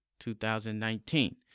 2019